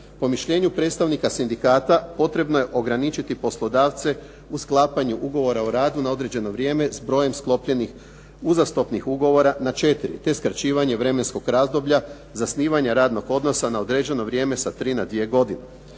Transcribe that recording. Po mišljenju predstavnika sindikata, potrebno je ograničiti poslodavce o sklapanju ugovora o radu na određeno vrijeme s brojem sklopljenih uzastopnih ugovora na 4, te skraćivanje vremenskog razdoblja zasnivanja radnog odnosa na određeno vrijeme sa tri na dvije godine.